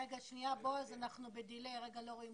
אני מבקש שתסביר לי מה הפער התקציבי שאתה רואה כדי להגיע